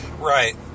Right